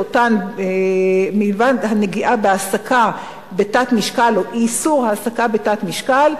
מלבד הנגיעה בהעסקה בתת-משקל או איסור העסקה בתת-משקל,